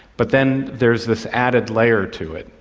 but then there's this added layer to it,